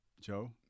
Joe